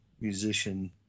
musician